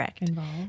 involved